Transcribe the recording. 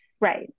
Right